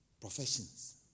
professions